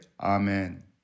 Amen